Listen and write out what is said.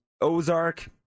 Ozark